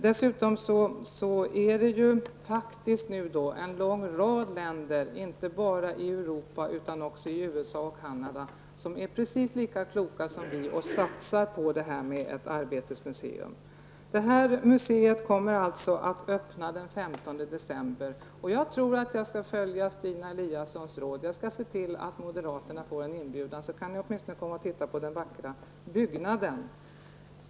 Det är en lång rad länder, inte bara i Europa utan också i USA och Canada, som är precis lika kloka som vi och satsar på ett Arbetets museum. Detta museum kommer att öppna den 15 december. Jag tror jag skall följa Stina Eliassons råd. Jag skall se till att moderaterna får en inbjudan. Så kan ni åtminstone komma och titta på den vackra byggnaden.